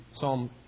Psalm